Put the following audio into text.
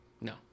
No